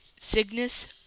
Cygnus